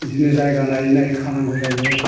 बिदिनो जायगा नायै नायै खानांगौ जायो